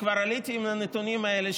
וכבר עליתי עם הנתונים האלה,